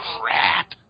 crap